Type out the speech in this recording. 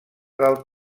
del